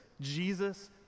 Jesus